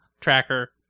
tracker